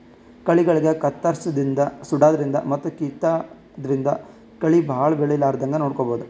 ಕಳಿಗಳಿಗ್ ಕತ್ತರ್ಸದಿನ್ದ್ ಸುಡಾದ್ರಿನ್ದ್ ಮತ್ತ್ ಕಿತ್ತಾದ್ರಿನ್ದ್ ಕಳಿ ಭಾಳ್ ಬೆಳಿಲಾರದಂಗ್ ನೋಡ್ಕೊಬಹುದ್